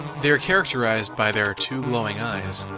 they are characterized by their two glowing eyes,